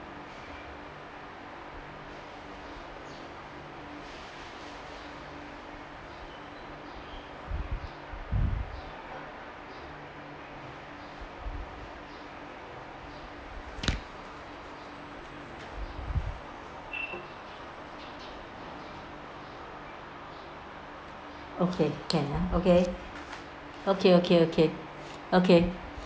okay can ah okay okay okay okay okay